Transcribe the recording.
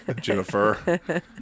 Jennifer